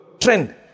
Trend